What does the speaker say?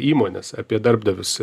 įmones apie darbdavius